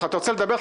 אתה רוצה לדבר?